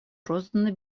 розданы